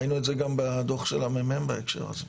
ראינו את זה גם בדו"ח של המ"מ בהקשר הזה.